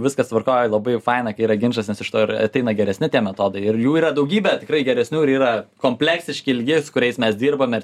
viskas tvarkoj labai faina kai yra ginčas nes iš to ir ateina geresni tie metodai ir jų yra daugybė tikrai geresnių ir yra kompleksiški ilgi su kuriais mes dirbome ir ten pusę